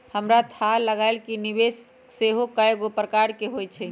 हमरा थाह लागल कि निवेश सेहो कएगो प्रकार के होइ छइ